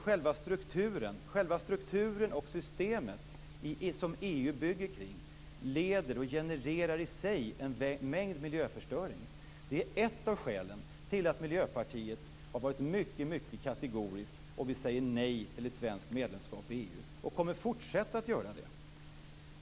Själva den struktur och det system som EU bygger på leder till och genererar i sig en mängd miljöförstöring. Det är ett av skälen till att Miljöpartiet har varit mycket kategoriskt i fråga om att säga nej till ett svenskt medlemskap och kommer att fortsätta att göra det.